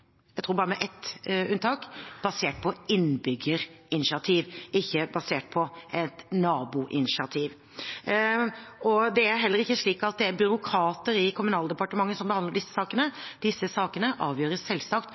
bare med ett unntak, tror jeg – basert på et innbyggerinitiativ og ikke på et naboinitiativ. Det er heller ikke slik at det er byråkrater i Kommunal- og moderniseringsdepartementet som behandler disse